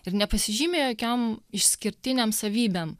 ir nepasižymi jokiom išskirtinėm savybėm